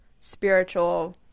spiritual